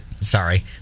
sorry